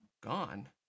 Gone